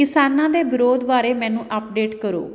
ਕਿਸਾਨਾਂ ਦੇ ਵਿਰੋਧ ਬਾਰੇ ਮੈਨੂੰ ਅਪਡੇਟ ਕਰੋ